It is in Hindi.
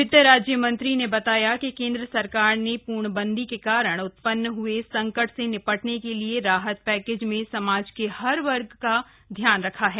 वित्त राज्य मंत्री ने बताया कि केन्द्र सरकार ने पूर्णबंदी के कारण उत्पन्न हुए संकट से निपटने के लिए राहत पैकेज में समाज के हर वर्ग का ध्यान रखा है